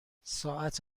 ساعت